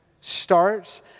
starts